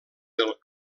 del